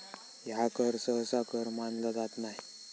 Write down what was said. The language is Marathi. ह्या कर सहसा कर मानला जात नाय